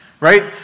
right